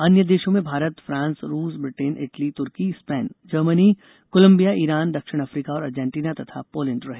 अन्य देशों में भारत फ्रांस रूस Britain Italy Turkey Spain Germany Colombia Iran दक्षिण अफ्रीका और अर्जेंटीना तथा पोलैंड रहे